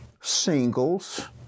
singles